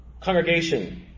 Congregation